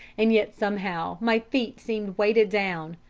and yet somehow my feet seemed weighted down.